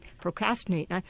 procrastinate